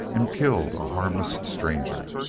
and killed a harmless stranger.